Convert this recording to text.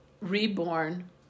reborn